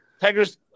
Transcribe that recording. Tigers